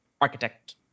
architect